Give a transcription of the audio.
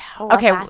okay